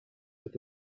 with